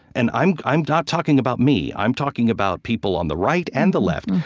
and i'm i'm not talking about me. i'm talking about people on the right and the left,